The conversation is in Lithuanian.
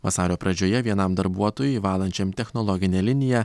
vasario pradžioje vienam darbuotojui valančiam technologinę liniją